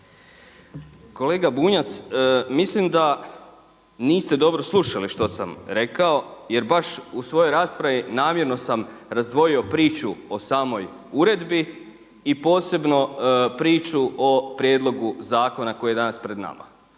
Kolega Bunjac, mislim da niste dobro slušali što sam rekao jer baš u svojoj raspravi namjerno sam razdvojio priču o samoj uredbi i posebno priču o prijedlogu zakona koji je danas pred nama.